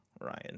Ryan